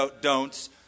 don'ts